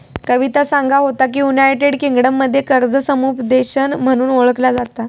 कविता सांगा होता की, युनायटेड किंगडममध्ये कर्ज समुपदेशन म्हणून ओळखला जाता